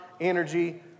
energy